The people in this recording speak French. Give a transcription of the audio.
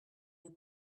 les